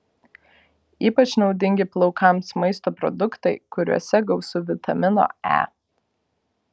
ypač naudingi plaukams maisto produktai kuriuose gausu vitamino e